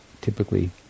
typically